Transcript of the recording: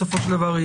בסופו של דבר,